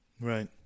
Right